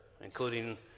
including